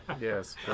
yes